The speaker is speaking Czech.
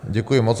Děkuji moc.